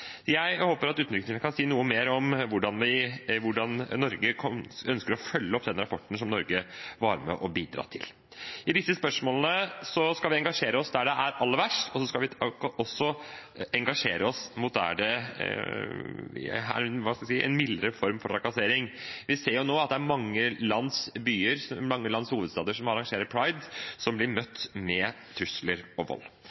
Jeg håper at utenriksministeren kan si noe mer om hvordan Norge ønsker å følge opp den rapporten, som Norge var med på å bidra til. I disse spørsmålene skal vi engasjere oss der det er aller verst, og vi skal også engasjere oss der det er en mildere form for trakassering. Vi ser nå at det er mange lands byer og hovedsteder som arrangerer Pride som blir møtt med trusler og vold.